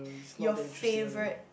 your favourite